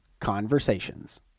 Conversations